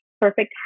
perfect